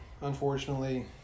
unfortunately